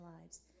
lives